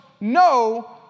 no